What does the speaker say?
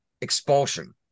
expulsion